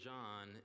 John